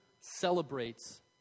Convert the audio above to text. celebrates